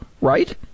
right